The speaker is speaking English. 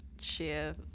share